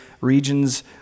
regions